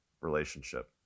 relationship